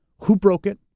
who broke it,